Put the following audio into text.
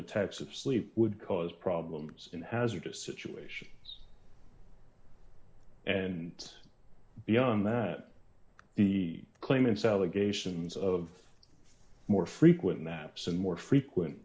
attacks of sleep would cause problems in hazardous situations and beyond that the claimants allegations of more frequent maps and more frequent